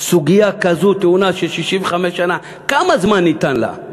סוגיה כזו של 65 שנה, כמה זמן ניתן לה?